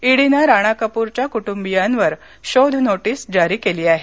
इडीनं राणा कपूरच्या कुटुंबियांवर शोध नोटीस जारी केली आहे